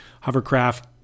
hovercraft